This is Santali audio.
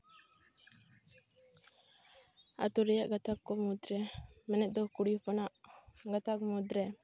ᱟᱛᱳ ᱨᱮᱭᱟᱜ ᱜᱟᱛᱟᱠ ᱠᱚ ᱢᱩᱫᱽ ᱨᱮ ᱢᱮᱱᱮᱛ ᱠᱩᱲᱤ ᱦᱚᱯᱚᱱᱟᱜ ᱜᱟᱛᱟᱠ ᱢᱩᱫᱽᱨᱮ